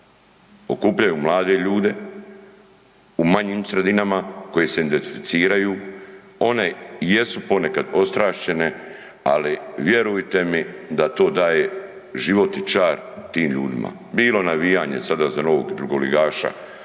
okupljaju mlade ljude, u manjim sredinama koji se identificiraju, one jesu ponekad odstrašćene ali vjerujte mi da to daje život i čar tim ljudima, bilo navijanje sada za novog drugoligaša,